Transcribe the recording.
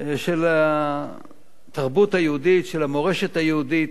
של התרבות היהודית, של המורשת היהודית,